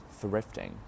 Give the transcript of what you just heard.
Thrifting